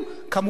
כמובן,